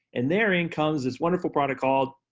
and there in comes this wonderful product called,